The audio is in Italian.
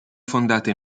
fondate